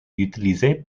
utilisée